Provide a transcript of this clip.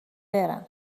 برم